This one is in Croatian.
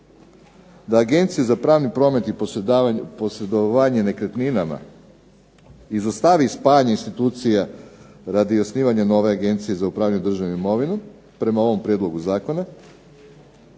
da Agencija za pravni promet i posredovanje nekretninama izostavi spajanje institucija radi osnivanja nove Agencije za upravljanje državnom imovinom, prema ovom prijedlogu zakona,